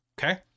Okay